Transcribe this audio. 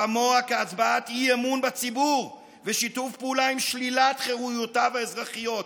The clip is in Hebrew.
כמוה כהצבעת אי-אמון בציבור ושיתוף פעולה עם שלילת חירויותיו האזרחיות.